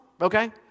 okay